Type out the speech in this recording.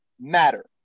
matter